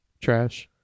trash